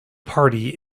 party